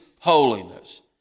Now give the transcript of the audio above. holiness